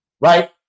right